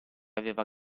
aveva